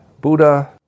Buddha